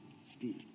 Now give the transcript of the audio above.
speed